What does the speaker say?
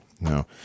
no